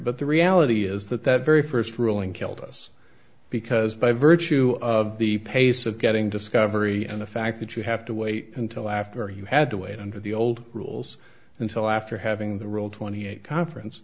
but the reality is that that very first ruling killed us because by virtue of the pace of getting discovery and the fact that you have to wait until after you had to wait under the old rules until after having the rule twenty eight